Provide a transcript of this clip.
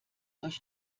euch